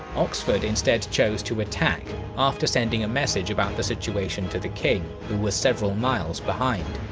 oxford instead chose to attack after sending a message about the situation to the king who was several miles behind.